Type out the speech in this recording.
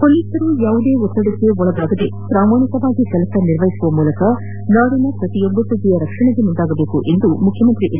ಪೊಲೀಸರು ಯಾವುದೇ ಒತ್ತಡಕ್ಕೆ ಒಳಗಾಗದೆ ಪ್ರಾಮಾಣಿಕವಾಗಿ ಕೆಲಸ ನಿರ್ವಹಿಸುವ ಮೂಲಕ ನಾಡಿನ ಪ್ರತಿಯೊಬ್ಬ ಪ್ರಜೆಯ ರಕ್ಷಣೆಗೆ ಮುಂದಾಗಬೇಕು ಎಂದು ಮುಖ್ಯಮಂತ್ರಿ ಹೆಚ್